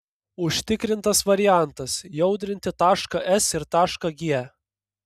užtikrintas variantas jaudrinti tašką s ir tašką g